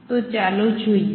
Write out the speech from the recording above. તો ચાલો જોઈએ